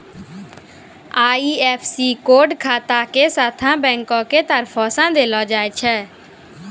IFSC code खाता के साथे बैंको के तरफो से देलो जाय छै